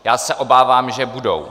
Já se obávám, že budou.